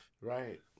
right